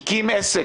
הקים עסק,